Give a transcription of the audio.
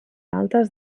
altes